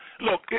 look